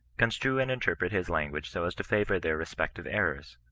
construe and interpret his language so as to favour their respective errors.